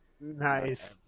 Nice